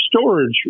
storage